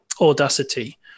Audacity